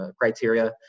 criteria